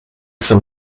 some